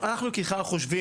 אנחנו בכלל חושבים,